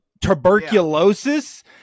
tuberculosis